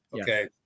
Okay